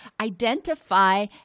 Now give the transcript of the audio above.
identify